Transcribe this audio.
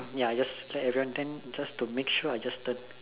ya I just let everyone then just to make sure I just turn